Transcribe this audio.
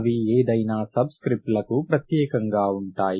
అవి ఏదైనా సబ్స్క్రిప్ట్లకు ప్రత్యేకంగా ఉంటాయి